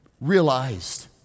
realized